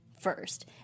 first